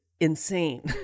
Insane